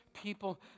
people